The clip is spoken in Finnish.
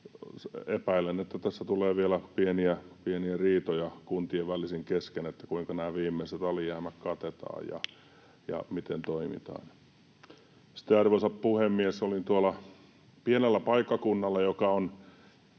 epäilen, että tässä tulee vielä pieniä riitoja kuntien kesken siitä, kuinka nämä viimeiset alijäämät katetaan ja miten toimitaan. Sitten, arvoisa puhemies, olin pienellä paikkakunnalla, joka on